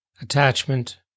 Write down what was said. attachment